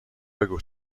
بگو